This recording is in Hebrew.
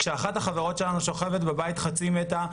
כשאחת החברות שלנו שוכבת בבית חצי מתה,